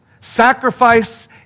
Sacrifice